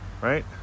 right